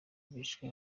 bishwe